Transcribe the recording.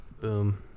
Boom